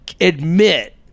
admit